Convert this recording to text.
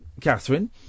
catherine